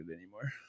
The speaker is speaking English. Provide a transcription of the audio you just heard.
anymore